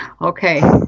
Okay